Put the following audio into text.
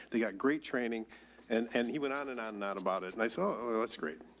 they got great training and, and he went on and on, not about it. and i saw, oh, that's great.